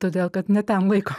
todėl kad ne ten laiko